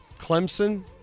Clemson